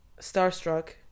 starstruck